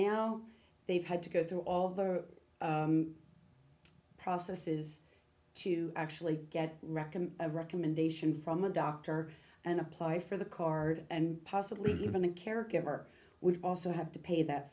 now they've had to go through all the process is to actually get reckon a recommendation from a doctor and apply for the card and possibly even a caregiver we also have to pay that